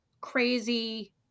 crazy